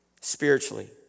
spiritually